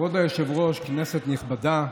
כבוד היושב-ראש, כנסת נכבדה,